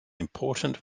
important